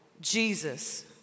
Jesus